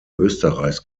österreichs